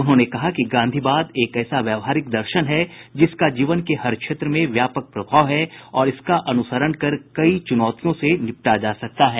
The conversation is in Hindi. उन्होंने कहा कि गांधीवाद एक ऐसा व्यावहारिक दर्शन है जिसका जीवन के हर क्षेत्र में व्यापक प्रभाव है और इसका अनुसरण कर कई चुनौतियों से निपटा जा सकता है